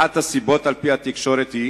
אחת הסיבות, על-פי התקשורת, היא